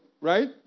right